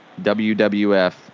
WWF